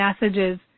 messages